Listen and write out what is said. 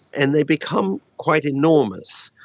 and they become quite enormous.